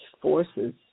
forces